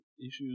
issues